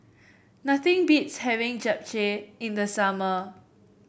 nothing beats having Japchae in the summer